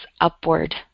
upward